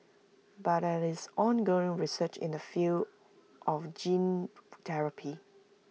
but there is ongoing research in the field of gene therapy